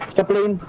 company in